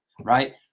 right